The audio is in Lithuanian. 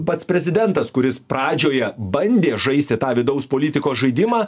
pats prezidentas kuris pradžioje bandė žaisti tą vidaus politikos žaidimą